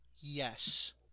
Yes